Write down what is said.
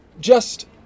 Just-